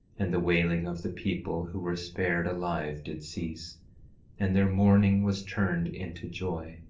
and the wailing of the people who were spared alive did cease and their mourning was turned into joy,